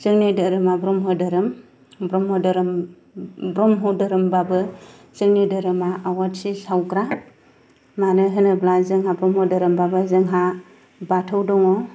जोंनि धोरोमा ब्रम्ह धोरोम ब्रम्ह धोरोम ब्रम्ह धोरोमबाबो जोंनि धोरोमा आवहाथि सावग्रा मानो होनोब्ला जोंहा ब्रम्ह धोरोम बाबो जोंहा बाथौ दङ